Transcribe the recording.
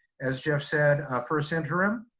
as jeff said, ah first interim,